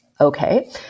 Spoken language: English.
okay